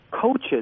coaches